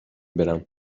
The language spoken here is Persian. برم